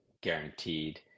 guaranteed